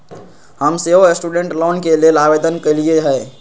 हम सेहो student loan के लेल आवेदन कलियइ ह